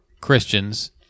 Christians